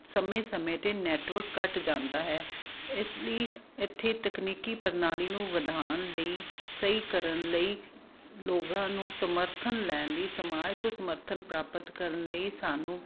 ਸਮੇਂ ਸਮੇਂ 'ਤੇ ਨੈਟਵਰਕ ਕੱਟ ਜਾਂਦਾ ਹੈ ਇਸ ਲਈ ਇੱਥੇ ਤਕਨੀਕੀ ਪ੍ਰਣਾਲੀ ਨੂੰ ਵਧਾਉਣ ਲਈ ਸਹੀ ਕਰਨ ਲਈ ਲੋਕਾਂ ਨੂੰ ਸਮਰਥਨ ਲੈਣ ਲਈ ਸਮਾਜ ਤੋਂ ਸਮਰਥਨ ਪ੍ਰਾਪਤ ਕਰਨ ਲਈ ਸਾਨੂੰ